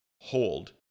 hold